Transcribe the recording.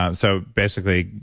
um so basically,